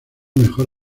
mejor